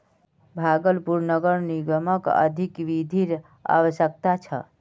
भागलपुर नगर निगमक अधिक निधिर अवश्यकता छ